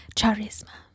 Charisma